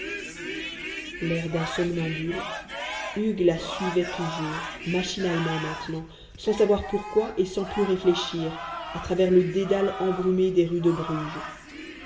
l'air d'un somnambule hugues la suivait toujours machinalement maintenant sans savoir pourquoi et sans plus réfléchir à travers le dédale embrumé des rues de bruges